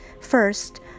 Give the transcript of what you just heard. First